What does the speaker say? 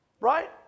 Right